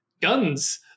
guns